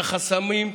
את החסמים,